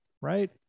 right